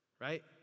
right